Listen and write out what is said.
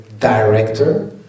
Director